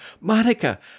Monica